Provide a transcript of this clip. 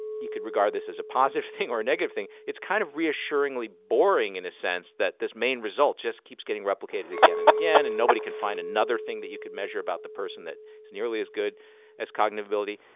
you could regard this as a positive thing or a negative thing, it's kind of reassuringly boring, in a sense, that this main result just keeps getting replicated again and again, and nobody can find another thing that you could measure about the person that is nearly as good as cognitive ability.